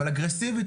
אבל אגרסיבית,